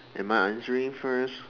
am I answering first